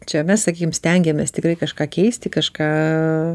čia mes sakykim stengiamės tikrai kažką keisti kažką